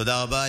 תודה רבה.